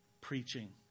preaching